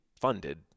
funded